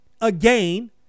again